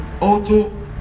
Auto